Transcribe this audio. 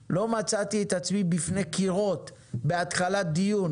הכלכלה לא מצאתי את עצמי בפני קירות בתחילת דיון